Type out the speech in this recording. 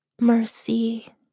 mercy